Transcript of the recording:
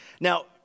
Now